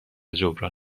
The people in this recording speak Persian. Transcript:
جبران